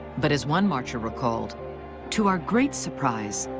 but as one marcher recalled to our great surprise,